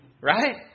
Right